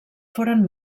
foren